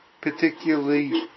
particularly